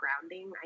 grounding